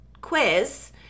quiz